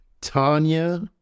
Tanya